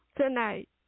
tonight